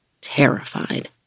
terrified